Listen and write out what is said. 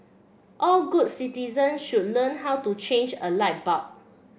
all good citizens should learn how to change a light bulb